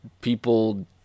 people